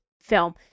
film